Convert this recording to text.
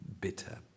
bitter